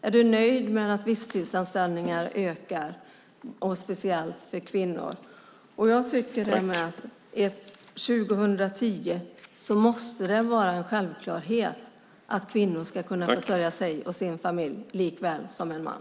Är du nöjd med att visstidsanställningarna ökar, speciellt för kvinnor? Jag tycker att det 2010 måste vara en självklarhet att en kvinna ska kunna försörja sig och sin familj likaväl som en man.